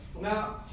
Now